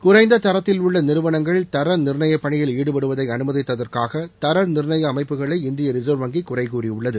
குறைந்த தூத்தில் உள்ள நிறுவனங்கள் தர நிர்ணய பணியில் ஈடுபடுவதை அனுமதித்ததற்காக தர நிர்ணய அமைப்புகளை இந்திய ரிசர்வ் வங்கி குறை கூறியுள்ளது